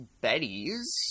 betty's